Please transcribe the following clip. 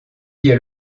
via